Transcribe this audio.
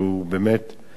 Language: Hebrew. צריך להביא אותו לחקיקה,